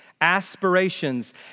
aspirations